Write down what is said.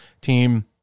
team